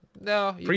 No